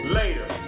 later